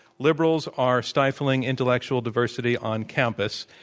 liberals are stifling intellectual diversity on campus.